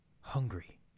hungry